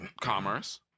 commerce